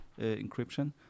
encryption